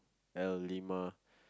L lima